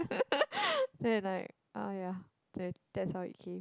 then like ah ya that's that's how it came